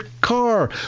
car